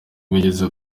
wigeze